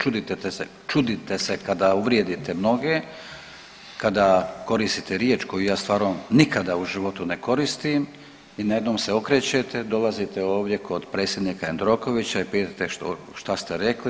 Čudite se kada uvrijedite mnoge, kada koristite riječ koju ja stvarno nikada u životu ne koristim i najednom se okrećete, dolazite ovdje kod predsjednika Jandrokovića i pitate što ste rekli.